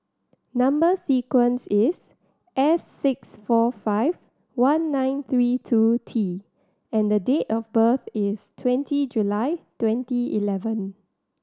number sequence is S six four five one nine three two T and date of birth is twenty July twenty eleven